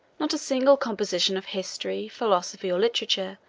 not a single composition of history, philosophy, or literature,